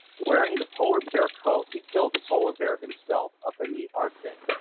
wearing the polar bear coat, he killed the polar bear himself, up in the arctic,